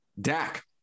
Dak